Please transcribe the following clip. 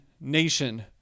nation